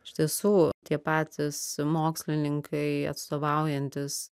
iš tiesų tie patys mokslininkai atstovaujantys